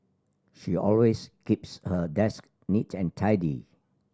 she always keeps her desk neat and tidy